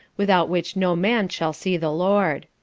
without which no man shall see the lord.